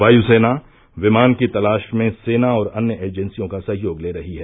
वायुसेना विमान की तलाश में सेना और अन्य एजेन्सियों का सहयोग ले रही है